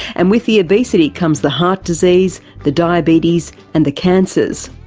and with the obesity comes the heart disease, the diabetes and the cancers.